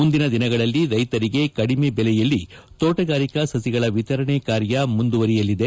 ಮುಂದಿನ ದಿನಗಳಲ್ಲಿ ರೈತರಿಗೆ ಕಡಿಮೆ ಬೆಲೆಯಲ್ಲಿ ತೋಟಗಾರಿಕಾ ಸಸಿಗಳ ವಿತರಣೆ ಕಾರ್ಯ ಮುಂದುವರೆಯಲಿದೆ